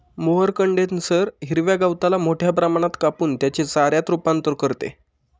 mower condenser हिरव्या गवताला मोठ्या प्रमाणात कापून त्याचे चाऱ्यात रूपांतर करते